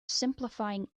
simplifying